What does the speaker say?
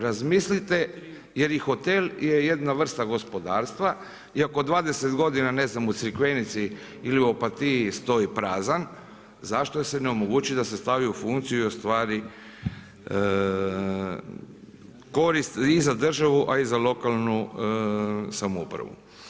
Razmislite jer i hotel je jedna vrsta gospodarstva iako 20 godina, ne znam, u Crikvenici ili u Opatiji stoji prazan, zašto se ne omogući da se stavi u funkciju i ostvari korist i za državu a i za lokalnu samoupravu.